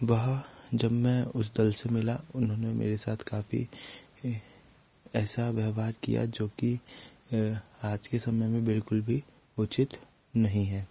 वहा जब मैं उस दल से मिला उन्होंने मेरे साथ काफ़ी ऐसा व्यवहार किया जो कि आज के समय में बिल्कुल भी उचित नही है